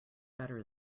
better